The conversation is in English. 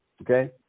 Okay